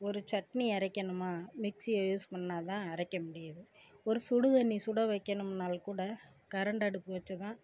ஒரு சட்னி அரைக்கணுமா மிக்சியை யூஸ் பண்ணால்தான் அரைக்க முடியுது ஒரு சுடுதண்ணி சுட வைக்கணும்னால் கூட கரண்ட் அடுப்பு வச்சு தான்